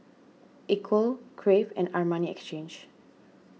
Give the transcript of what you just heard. Equal Crave and Armani Exchange